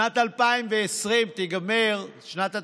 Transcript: שנת 2020, שנת התקציב,